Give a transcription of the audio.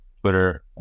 Twitter